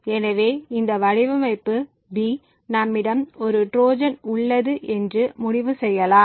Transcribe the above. எனவே இந்த வடிவமைப்பு B நம்மிடம் ஒரு ட்ரோஜன் உள்ளது என்று முடிவு செய்யலாம்